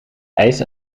ijs